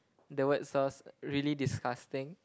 the word sauce really disgusting